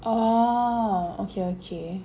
oh okay okay